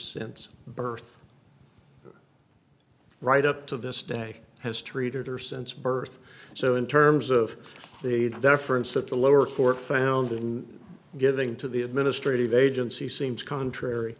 since birth right up to this day has treated her since birth so in terms of the deference that the lower court found in giving to the administrative agency seems contrary